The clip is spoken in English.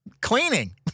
cleaning